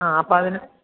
ആ അപ്പം അതിന്